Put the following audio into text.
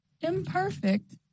Imperfect